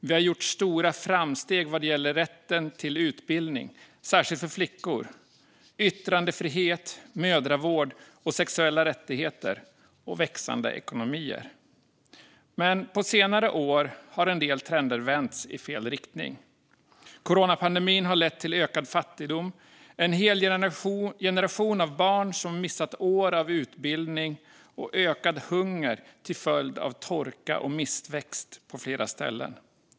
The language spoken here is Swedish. Vi har gjort stora framsteg vad gäller rätten till utbildning, särskilt för flickor, yttrandefrihet, mödravård och sexuella rättigheter. Och vi har gjort framsteg med växande ekonomier. Men på senare år har en del trender vänts i fel riktning. Coronapandemin har lett till ökad fattigdom. En hel generation av barn har missat år av utbildning, och hungern har ökat till följd av torka och missväxt på flera ställen.